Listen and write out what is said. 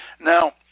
now